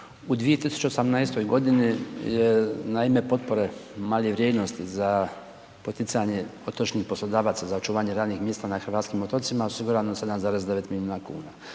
u 2018. g. naime potpore male vrijednosti za poticanje otočnih poslodavaca za očuvanje radnih mjesta na hrvatskim otocima su bila 7,9 milijuna kuna.